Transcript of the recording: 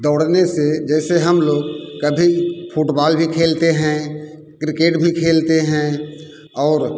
दौड़ने से जैसे हम लोग कभी फुटबॉल भी खेलते हैं क्रिकेट भी खेलते हैं और